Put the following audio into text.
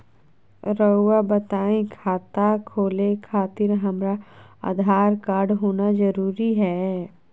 रउआ बताई खाता खोले खातिर हमरा आधार कार्ड होना जरूरी है?